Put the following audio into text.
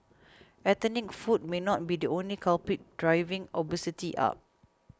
ethnic food may not be the only culprit driving obesity up